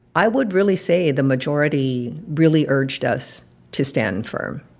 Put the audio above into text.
i would really say the majority really urged us to stand firm.